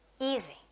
Easy